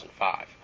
2005